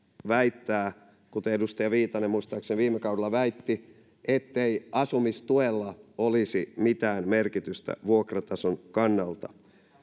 väittää kuten edustaja viitanen muistaakseni viime kaudella väitti ettei asumistuella olisi mitään merkitystä vuokratason kannalta